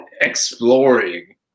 exploring